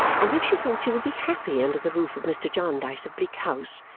and if she thought she would be happy under the roof of mr. jarndyce of bleak house,